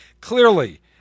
clearly